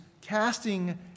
casting